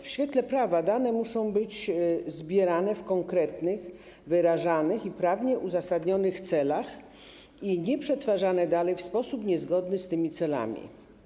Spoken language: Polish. W świetle prawa dane muszą być zbierane w konkretnych, wyrażanych i prawnie uzasadnionych celach i nieprzetwarzane dalej w sposób niezgodny z tymi celami.